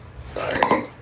Sorry